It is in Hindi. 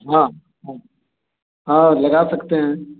हाँ हाँ लगा सकते हैं